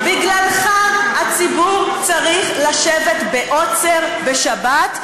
בגללך הציבור צריך לשבת בעוצר בשבת.